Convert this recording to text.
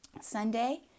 Sunday